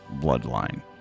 bloodline